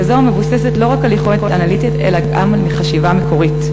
כזו המבוססת לא רק על יכולת אנליטית אלא גם על חשיבה מקורית,